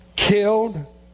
Killed